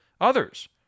others